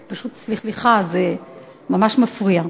סליחה, זה ממש מפריע,